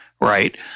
right